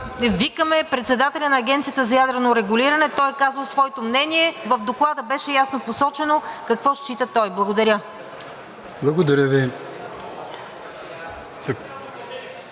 викаме председателя на Агенцията за ядрено регулиране, той е казал своето мнение. В Доклада беше ясно посочено какво счита той. Благодаря. ПРЕДСЕДАТЕЛ